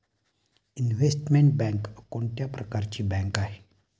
Investment bank कोणत्या प्रकारची bank आहे?